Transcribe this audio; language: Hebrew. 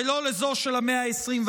ולא לזו של המאה ה-21.